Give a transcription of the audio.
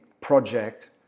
project